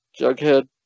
Jughead